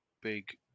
big